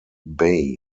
bay